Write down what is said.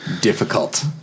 difficult